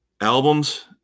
albums